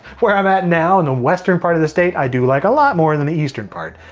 where i'm at now in the western part of the state, i do like a lot more than the eastern part.